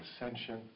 ascension